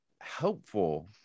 helpful